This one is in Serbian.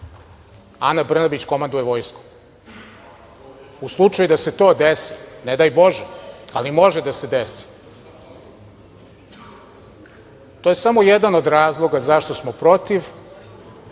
Ana Brnabić komanduje vojskom. U slučaju da se to desi, ne daj Bože, ali može da se desi, to je samo jedan od razloga zašto smo protiv